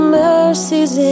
mercies